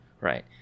right